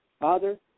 Father